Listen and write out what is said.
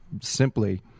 simply